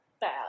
bad